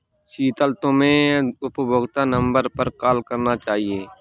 शीतल, तुम्हे उपभोक्ता नंबर पर कॉल करना चाहिए